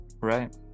Right